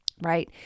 right